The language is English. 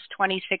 26